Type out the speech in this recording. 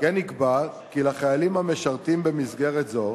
כן נקבע כי לחיילים המשרתים במסגרת זו